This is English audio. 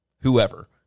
whoever